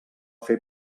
fer